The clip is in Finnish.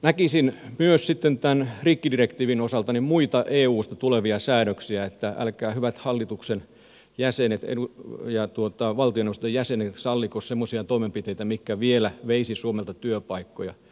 näkisin myös sitten tämän rikkidirektiivin osalta muita eusta tulevia säädöksiä että älkää hyvät valtioneuvoston jäsenet reino ja tuottaa valtion ostojäsenet salliko semmoisia toimenpiteitä mitkä vielä veisivät suomelta työpaikkoja